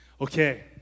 Okay